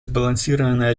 сбалансированный